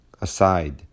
aside